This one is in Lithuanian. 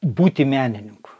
būti menininku